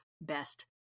best